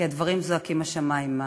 כי הדברים זועקים השמימה.